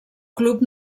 club